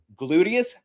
gluteus